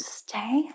stay